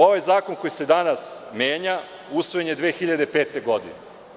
Ovaj zakon koji se danas menja, usvojen je 2005. godine.